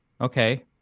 Okay